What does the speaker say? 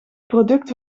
product